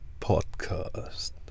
podcast